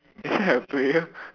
isn't that a player